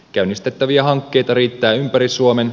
käynnistettäviä hankkeita riittää ympäri suomen